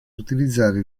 utilizzare